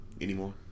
anymore